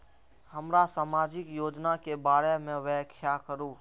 हमरा सामाजिक योजना के बारे में व्याख्या करु?